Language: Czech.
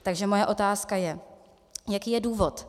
Takže moje otázka je, jaký je důvod.